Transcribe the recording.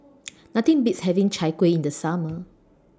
Nothing Beats having Chai Kuih in The Summer